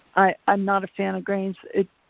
i'm not a fan of grains.